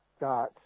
got